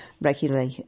regularly